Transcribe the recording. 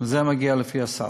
זה מגיע לפי הסל.